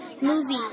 movie